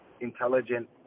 intelligent